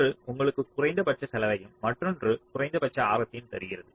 ஒன்று உங்களுக்கு குறைந்தபட்ச செலவையும் மற்றொன்று குறைந்தபட்ச ஆரத்தையும் தருகிறது